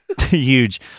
huge